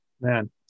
man